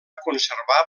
conservar